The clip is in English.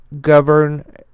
govern